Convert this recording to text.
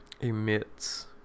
emits